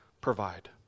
provide